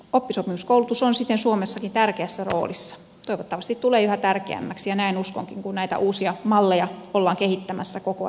oppisopimuskoulutus on siten suomessakin tärkeässä roolissa toivottavasti tulee yhä tärkeämmäksi ja näin uskonkin kun näitä uusia malleja ollaan kehittämässä koko ajan eteenpäin